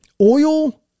Oil